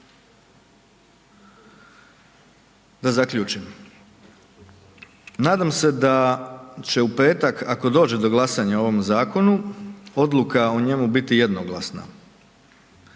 Da zaključim. Danas se da će u petak ako dođe do glasanja o ovom zakonu, odluka o njemu biti jednoglasna.